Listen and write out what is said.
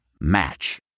Match